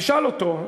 תשאל אותו,